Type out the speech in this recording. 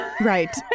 Right